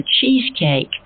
cheesecake